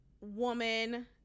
woman